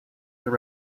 that